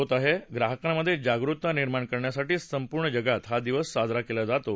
होत आह ग्राहकांमध्यज्ञिगरूकता निर्माण करण्यासाठीच संपूर्ण जगात हा दिवस साजरा कळा जातो